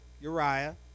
Uriah